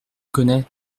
connais